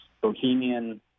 bohemian